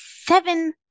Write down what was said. seven